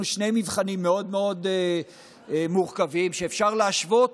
שני מבחנים מאוד מאוד מורכבים שאפשר להשוות